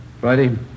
Friday